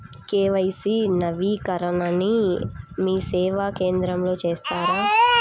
KYC నవీకరణని మీసేవా కేంద్రం లో చేస్తారా?